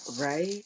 Right